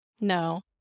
no